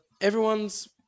everyone's